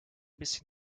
bisschen